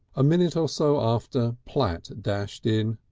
a minute or so after platt dashed in.